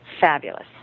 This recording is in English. fabulous